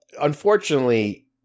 unfortunately